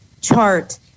chart